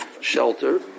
shelter